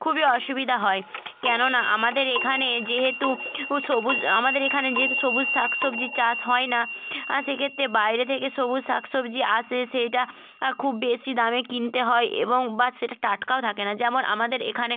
খুবই অসুবিধা হয় কেননা আমাদের এখানে যেহেতু সবুজ আমাদের এখানে যেহেতু সবুজ শাক সবজির চাষ হয় না সেক্ষেত্রে বাইরে থেকে সবুজ শাক সবজি আসে সেইটা খুব বেশি দামে কিনতে হয় এবং বা সেটা টাটকাও থাকে না যেমন আমাদের এখানে